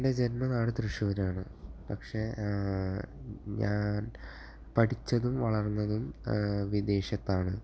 എൻ്റെ ജന്മനാട് തൃശ്ശൂരാണ് പക്ഷേ ഞാൻ പഠിച്ചതും വളർന്നതും വിദേശത്താണ്